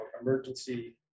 emergency